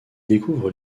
découvre